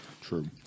True